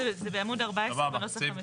תראי, זה בעמוד 14 בנוסח המשולב.